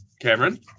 Cameron